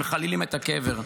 שמחללים את הקבר.